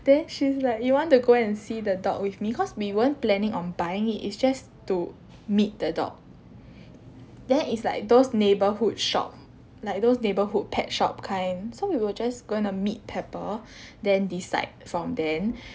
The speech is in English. then she's like you want to go and see the dog with me cause we weren't planning on buying it it's just to meet the dog then is like those neighbourhood shop like those neighbourhood pet shop kind so we were just going to meet pepper then decide from then